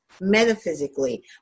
metaphysically